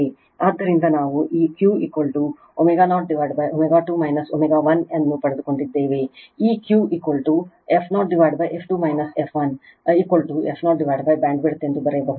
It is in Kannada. ಆದ್ದರಿಂದ ನಾವು ಈ Qω0 ω2 ω 1 ಅನ್ನು ಪಡೆದುಕೊಂಡಿದ್ದೇವೆ ಈ Q f0f 2 f 1 f0 bandwidth ಎಂದು ಬರೆಯಬಹುದು